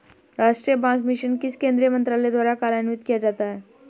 राष्ट्रीय बांस मिशन किस केंद्रीय मंत्रालय द्वारा कार्यान्वित किया जाता है?